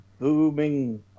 booming